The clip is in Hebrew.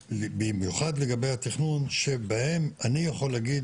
במיוחד לגבי התכנון שבהם אני יכול להגיד